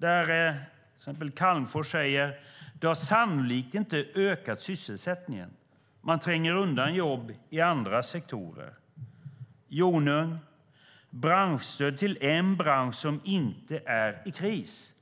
Till exempel Calmfors säger att det sannolikt inte har ökat sysselsättningen. Utan man tränger undan jobb i andra sektorer. Jonung säger att det är branschstöd till en bransch som inte är i kris.